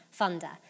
funder